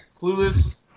Clueless